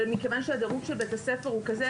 ומכיוון שהדירוג של בית הספר הוא כזה,